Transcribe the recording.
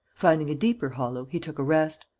finding a deeper hollow, he took a rest.